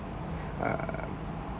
err